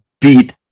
beat